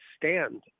stand